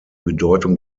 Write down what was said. bedeutung